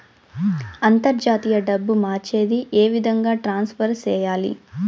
అంతర్జాతీయ డబ్బు మార్చేది? ఏ విధంగా ట్రాన్స్ఫర్ సేయాలి?